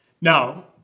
Now